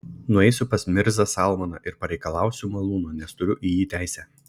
nueisiu pas mirzą salmaną ir pareikalausiu malūno nes turiu į jį teisę